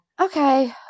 okay